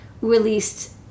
released